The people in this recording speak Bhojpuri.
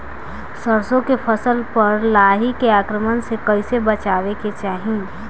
सरसो के फसल पर लाही के आक्रमण से कईसे बचावे के चाही?